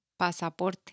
Pasaporte